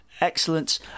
excellent